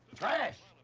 trash!